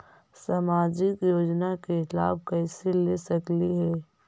सामाजिक योजना के लाभ कैसे ले सकली हे?